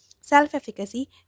Self-efficacy